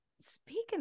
Speaking